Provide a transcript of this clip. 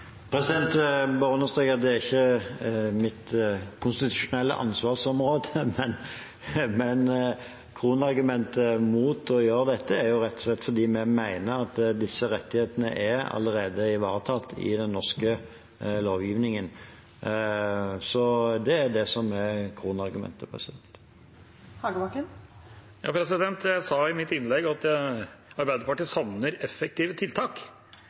bare understreke at det er ikke mitt konstitusjonelle ansvarsområde, men kronargumentet mot å gjøre det er rett og slett at vi mener at disse rettighetene allerede er ivaretatt i den norske lovgivningen. Det er det som er kronargumentet. Jeg sa i mitt innlegg at Arbeiderpartiet savner effektive tiltak,